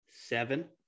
seven